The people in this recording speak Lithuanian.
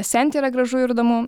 senti yra gražu ir įdomu